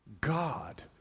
God